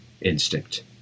instinct